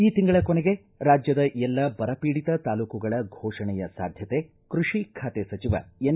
ಈ ತಿಂಗಳ ಕೊನೆಗೆ ರಾಜ್ಯದ ಎಲ್ಲ ಬರ ಪೀಡಿತ ತಾಲೂಕುಗಳ ಘೋಷಣೆಯ ಸಾಧ್ಯತೆ ಕೃಷಿ ಖಾತೆ ಸಚಿವ ಎನ್